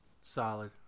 Solid